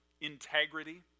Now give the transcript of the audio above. integrity